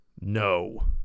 No